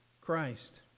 Christ